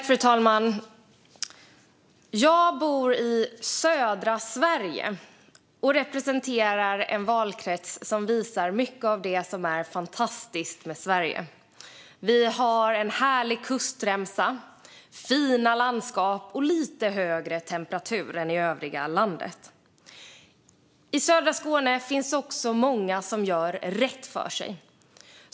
Fru talman! Jag bor i södra Sverige, och jag representerar en valkrets som visar mycket av det som är fantastiskt med Sverige. Vi har en härlig kustremsa, fina landskap och lite högre temperatur än i övriga landet. I södra Skåne finns också många som gör rätt för sig.